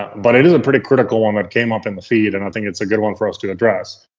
but it is a pretty critical one that came up in the feed, and i think it's a good one for us to address.